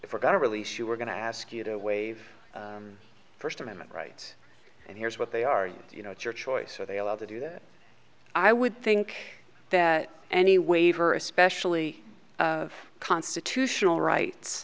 if we're going to release you we're going to ask you to waive first amendment rights and here's what they are you know it's your choice are they allowed to do that i would think that any waiver especially constitutional rights